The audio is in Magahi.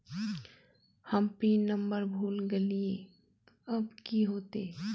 हम पिन नंबर भूल गलिऐ अब की होते?